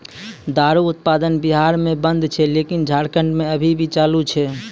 दारु उत्पादन बिहार मे बन्द छै लेकिन झारखंड मे अभी भी चालू छै